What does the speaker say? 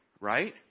right